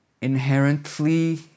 inherently